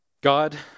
God